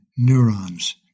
neurons